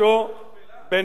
דיברת עם